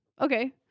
okay